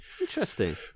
Interesting